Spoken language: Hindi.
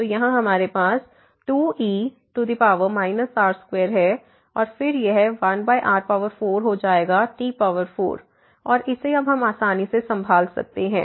तो यहाँ हमारे पास 2e t2 है और फिर यह 1r4 हो जाएगा t4 और इसे अब हम आसानी से संभाल सकते हैं